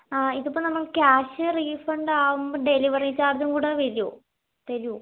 ആ ഇതിപ്പോൾ നമ്മൾക്ക് ക്യാഷ് റീഫണ്ട് ആവുമ്പോൾ ഡെലിവറി ചാർജും കൂടി വരുമോ തരുമോ